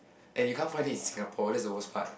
and you can't find it in Singapore that's the worst part